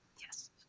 Yes